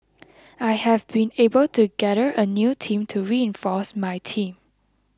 I have been able to gather a new team to reinforce my team